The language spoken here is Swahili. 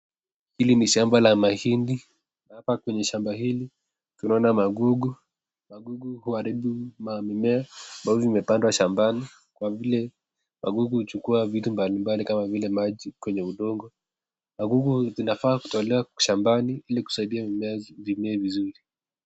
Hili ni shamba la mahindi na hapa kwenye shamba hili tunaona magugu. Magugu huharibu mimea ambayo imepandwa shambani kwa vile magugu huchukua vitu mbalimbali kama vile maji kwenye udongo. Magugu inafaa kutolewa shambani ili kusaidia mimea vimee vizuri.